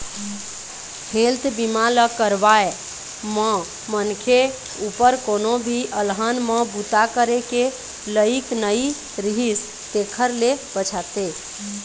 health बीमा ल करवाए म मनखे उपर कोनो भी अलहन म बूता करे के लइक नइ रिहिस तेखर ले बचाथे